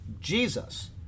Jesus